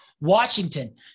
Washington